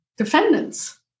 defendants